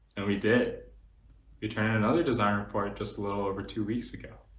and we did return another design report just a little over two weeks ago.